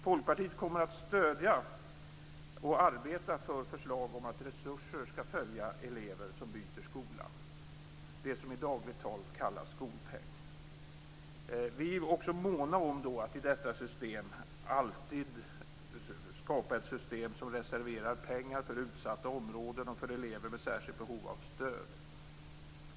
Folkpartiet kommer att arbeta för och stödja förslag om att resurser skall följa elever som byter skola; det som i dagligt tal kallas skolpeng. Vi är också måna om att skapa ett system som reserverar pengar för utsatta områden och för elever med särskilt behov av stöd.